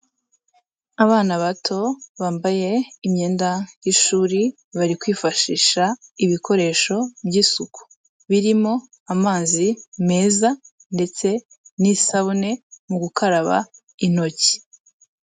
Abana bato bambaye imyenda y'ishuri bari kwifashisha ibikoresho by'isuku birimo amazi meza, ndetse n'isabune, mu gukaraba intoki.